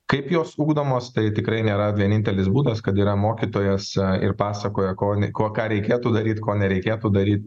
kaip jos ugdomos tai tikrai nėra vienintelis būdas kad yra mokytojas ir pasakoja ko ką reikėtų daryt ko nereikėtų daryt